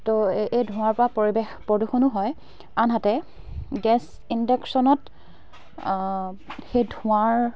ত' এই এই ধোঁৱাৰ পৰা পৰিৱেশ প্ৰদূষণো হয় আনহাতে গেছ ইনডাকচনত সেই ধোঁৱাৰ